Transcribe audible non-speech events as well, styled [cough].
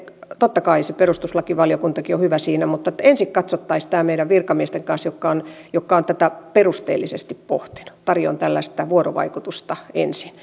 totta kai se perustuslakivaliokuntakin on hyvä siinä mutta ensin katsottaisiin tämä meidän virkamiestemme kanssa jotka ovat tätä perusteellisesti pohtineet tarjoan tällaista vuorovaikutusta ensin [unintelligible]